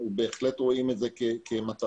אנחנו בהחלט רואים את זה כמטרה.